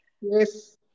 Yes